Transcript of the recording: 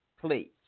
Please